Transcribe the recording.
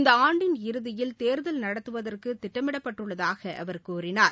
இந்த ஆண்டின் இறுதியில் தேர்தல் நடத்துவதற்கு திட்டமிடப்பட்டுள்ளதாக அவர் கூறினார்